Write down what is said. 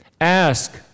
ask